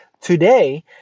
today